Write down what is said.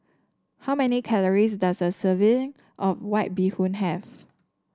how many calories does a serving of White Bee Hoon have